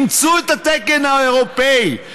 אימצו את התקן האירופי,